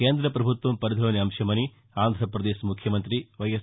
కేంద్ర ప్రభుత్వం పరిధిలోని అంశమని ఆంధ్రప్రదేశ్ ముఖ్యమంతి వైఎస్